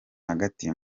hagati